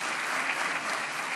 כפיים)